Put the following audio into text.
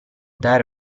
dare